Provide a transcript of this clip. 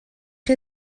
chi